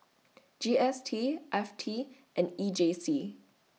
G S T F T and E J C